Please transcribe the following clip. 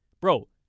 Bro